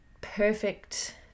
perfect